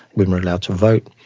women are allowed to vote,